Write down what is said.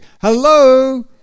Hello